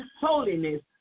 holiness